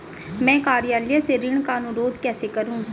मैं कार्यालय से ऋण का अनुरोध कैसे करूँ?